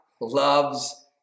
loves